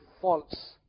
false